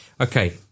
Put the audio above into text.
Okay